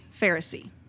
Pharisee